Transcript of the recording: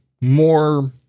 more